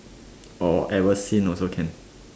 or ever seen also can